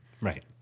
Right